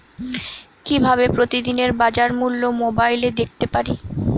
কিভাবে প্রতিদিনের বাজার মূল্য মোবাইলে দেখতে পারি?